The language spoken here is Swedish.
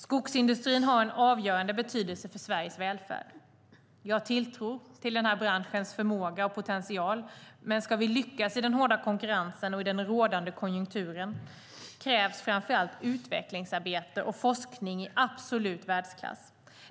Skogsindustrin har en avgörande betydelse för Sveriges välfärd. Jag har tilltro till den här branschens förmåga och potential. Men ska vi lyckas i den hårda konkurrensen och i den rådande konjunkturen krävs framför allt utvecklingsarbete och forskning i absolut världsklass.